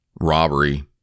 robbery